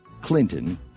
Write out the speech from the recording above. Clinton